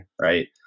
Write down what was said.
right